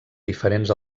diferents